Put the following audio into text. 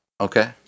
Okay